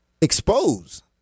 expose